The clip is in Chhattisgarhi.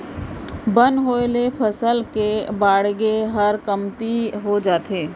बन होय ले फसल के बाड़गे हर कमती हो जाथे